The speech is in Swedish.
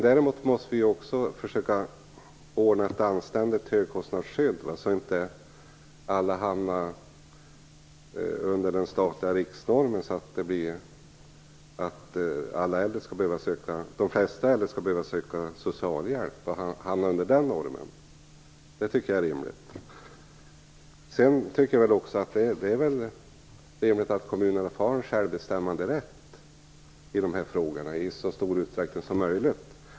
Däremot måste vi ha ett anständigt högkostnadsskydd, så att inte de flesta äldre hamnar under den statliga riksnormen och blir tvungna att söka socialhjälp. Det tycker jag är rimligt. Det är rimligt att kommunerna har självbestämmanderätt i dessa frågor i så stor utsträckning som möjligt.